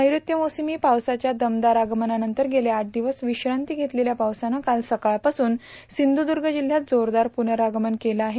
नैऋत्य मोसमी पावसाच्या दमदार आगमनानंतर गेले आठ दिवस विश्रांती घेतलेल्या पावसानं काल सकाळपासून सिंधुदुर्ग जिल्हयात जोरदार पुनरागमन केलं आहे